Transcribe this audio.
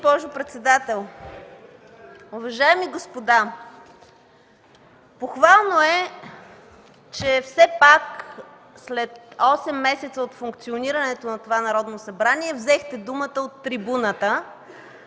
Благодаря Ви, госпожо председател.